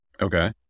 Okay